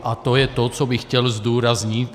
A to je to, co bych chtěl zdůraznit.